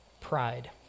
pride